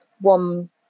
one